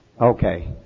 Okay